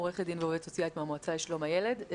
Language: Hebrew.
עורכת דין ועובדת סוציאלית מהמועצה לשלום הילד.